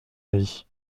avis